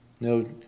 No